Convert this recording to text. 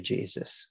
Jesus